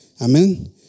Amen